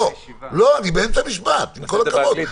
אני באמצע משפט, עם כל הכבוד.